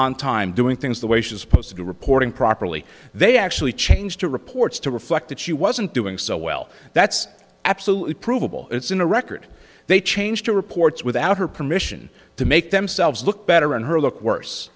on time doing things the way she was supposed to do reporting properly they actually changed to reports to reflect that she wasn't doing so well that's absolutely provable it's in a record they changed to reports without her permission to make themselves look better and her look worse